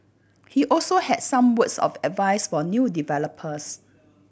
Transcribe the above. he also had some words of advice for new developers